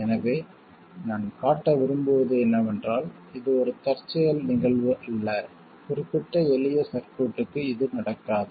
எனவே நான் காட்ட விரும்புவது என்னவென்றால் இது ஒரு தற்செயல் நிகழ்வு அல்ல குறிப்பிட்ட எளிய சர்க்யூட்க்கு இது நடக்காது